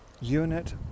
unit